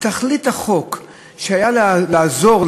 תכלית החוק הייתה לעזור,